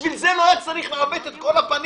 בשביל זה לא היה צריך לעוות את כל הפנים,